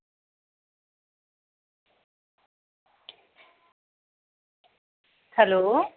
hello